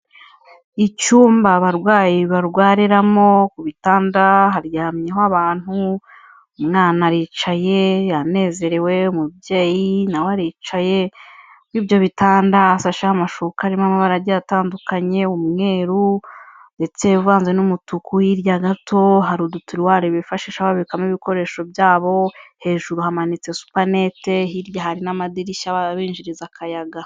Icyumba abarwayi barwariramo, ku bitanda haryamyeho abantu, umwana aricaye yanezerewe, umubyeyi nawe aricaye, kuri ibyo bitanda hasasheho amashuka arimo amabara agiye atandukanye, umweru ndetse uvanze n'umutuku, hirya gato hari udutiriwari bifashisha babikamo ibikoresho byabo, hejuru hamanitse supenete, hirya hari n'amadirishya binjiriza akayaga.